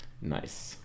Nice